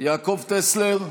יעקב טסלר,